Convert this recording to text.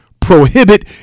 Prohibit